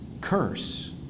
curse